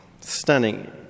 stunning